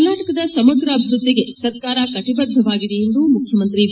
ಕರ್ನಾಟಕದ ಸಮಗ್ರ ಅಭಿವೃದ್ದಿಗೆ ಸರ್ಕಾರ ಕಟ ಬದ್ದವಾಗಿದೆ ಎಂದು ಮುಖ್ಯಮಂತ್ರಿ ಬಿ